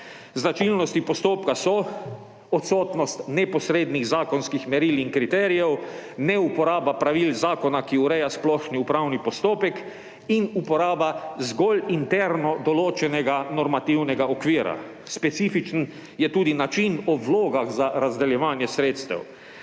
Značilnosti postopka so: odsotnost neposrednih zakonskih meril in kriterijev, neuporaba pravil zakona, ki ureja splošni upravni postopek, in uporaba zgolj interno določenega normativnega okvira, specifičen je tudi način o vlogah za razdeljevanje sredstev.